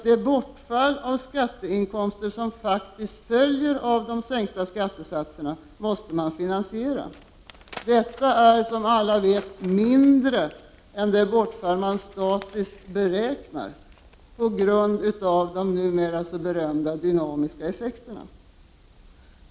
Det bortfall av skatteinkomster som faktiskt följer av de sänkta skattesatserna måste man finansiera. Detta är, som alla vet, mindre än det bortfall man statistiskt beräknar, på grund av de numera så berömda dynamiska effekterna.